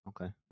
Okay